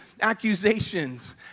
accusations